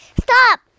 Stop